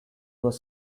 was